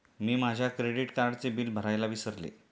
मी माझ्या क्रेडिट कार्डचे बिल भरायला विसरले